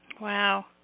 Wow